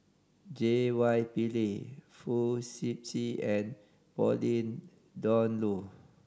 J Y Pillay Fong Sip Chee and Pauline Dawn Loh